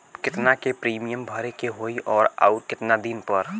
केतना के प्रीमियम भरे के होई और आऊर केतना दिन पर?